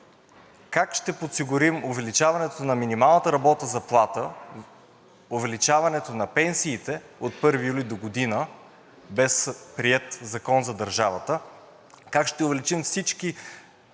как ще подсигурим увеличаването на минималната работна заплата, увеличаването на пенсиите от 1 юли догодина без приет закон за държавата, как ще увеличим всички